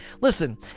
listen